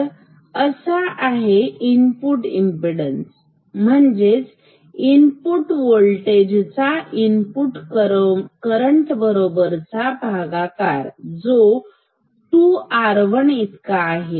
तर असा आहे इनपूट इमपीडन्स म्हणजेच इनपुट वोल्टेज चा इनपुट करंट बरोबरचा भागाकार जो 2R1 इतका आहे